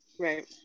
Right